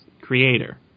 creator